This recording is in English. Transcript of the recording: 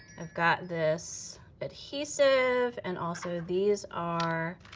i've got this adhesive, and also these are,